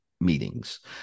meetings